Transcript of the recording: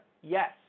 Yes